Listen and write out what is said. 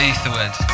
Etherwood